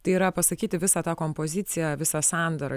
tai yra pasakyti visą tą kompoziciją visą sandarą